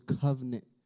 covenant